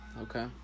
Okay